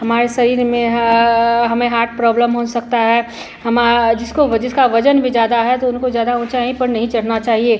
हमारे शरीर में हा हमें हाट प्रॉब्लम हो सकता है हमा जिसको व जिसका वज़न भी ज़्यादा है तो उनको ज़्यादा ऊँचाई पर नहीं चढ़ना चाहिए